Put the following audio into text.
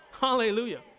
Hallelujah